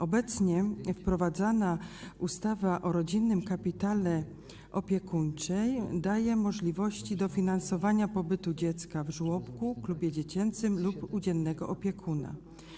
Obecnie wprowadzana ustawa o rodzinnym kapitale opiekuńczym daje możliwości dofinansowania pobytu dziecka w żłobku, klubie dziecięcym lub u dziennego opiekuna.